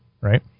right